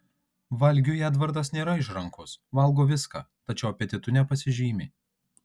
valgiui edvardas nėra išrankus valgo viską tačiau apetitu nepasižymi